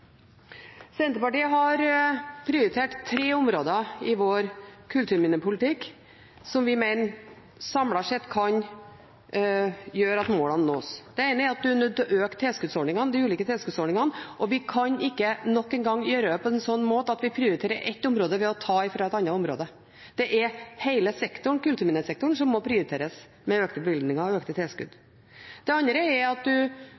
Senterpartiet har prioritert tre områder i vår kulturminnepolitikk som vi mener samlet sett kan gjøre at målene nås. Det ene er at man er nødt til å øke de ulike tilskuddsordningene, og vi kan ikke nok en gang gjøre det på en sånn måte at vi prioriterer ett område ved å ta fra et annet område. Det er hele kulturminnesektoren som må prioriteres med økte bevilgninger og økte tilskudd. Det andre er at